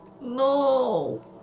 No